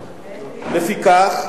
לפיכך,